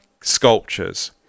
sculptures